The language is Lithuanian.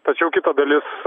tačiau kita dalis